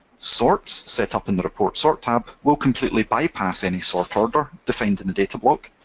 sorts set up in the report sort tab will completely bypass any sort order defined in the datablock,